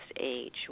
age